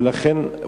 ולכן,